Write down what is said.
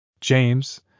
James